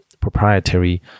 proprietary